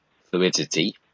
Fluidity